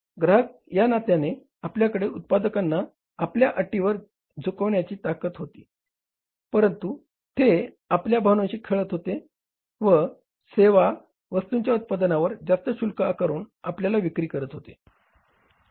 ग्राहक या नात्याने आपल्याकडे उत्पादकांना आपल्या अटीवर जुकवण्याची ताकद होती परंतु ते आपल्या भावनांशी खेळत होते व सेवा व वस्तूंच्या उत्पादनावर जास्त शुल्क आकारून आपल्याला विक्री करत होते